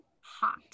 hot